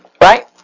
Right